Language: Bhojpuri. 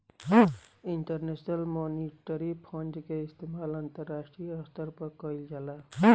इंटरनेशनल मॉनिटरी फंड के इस्तमाल अंतरराष्ट्रीय स्तर पर कईल जाला